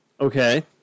Okay